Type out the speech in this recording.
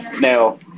Now